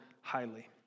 highly